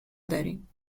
داریم